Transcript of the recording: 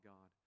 God